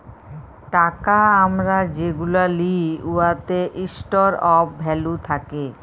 টাকা আমরা যেগুলা লিই উয়াতে ইস্টর অফ ভ্যালু থ্যাকে